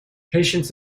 patience